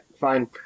Fine